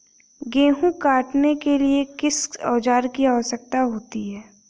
गेहूँ काटने के लिए किस औजार की आवश्यकता होती है?